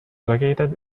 located